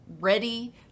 ready